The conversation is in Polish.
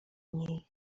niej